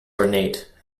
ornate